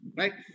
right